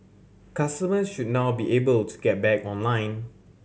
customer should now be able to get back online